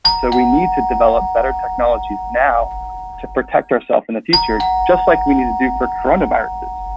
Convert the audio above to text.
so we need to develop better technologies now to protect ourselves in the future, just like we need to do for coronaviruses